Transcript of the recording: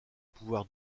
pouvoir